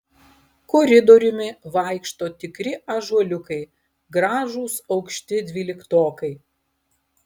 koridoriumi vaikšto tikri ąžuoliukai gražūs aukšti dvyliktokai